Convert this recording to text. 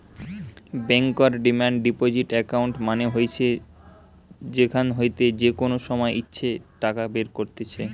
বেঙ্কর demand deposit account মানে হইসে যেখান হইতে যে কোনো সময় ইচ্ছে টাকা বের কত্তিছে